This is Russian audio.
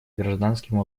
гражданским